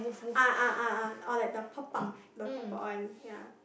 ah ah ah ah or like the pop out the pop out one ya